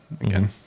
again